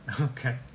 Okay